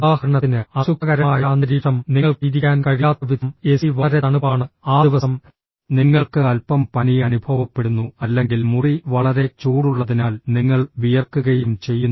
ഉദാഹരണത്തിന് അസുഖകരമായ അന്തരീക്ഷം നിങ്ങൾക്ക് ഇരിക്കാൻ കഴിയാത്തവിധം എസി വളരെ തണുപ്പാണ് ആ ദിവസം നിങ്ങൾക്ക് അൽപ്പം പനി അനുഭവപ്പെടുന്നു അല്ലെങ്കിൽ മുറി വളരെ ചൂടുള്ളതിനാൽ നിങ്ങൾ വിയർക്കുകയും ചെയ്യുന്നു